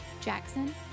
Jackson